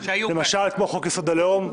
כמו חוק-יסוד: הלאום,